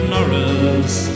Norris